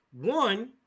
one